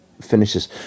finishes